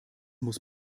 muss